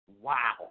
Wow